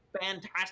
fantastic